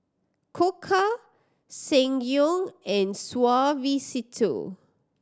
Koka Ssangyong and Suavecito